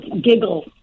giggle